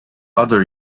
other